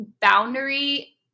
boundary